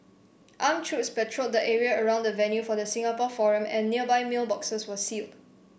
armed troops patrolled the area around the venue for the Singapore forum and nearby mailboxes were sealed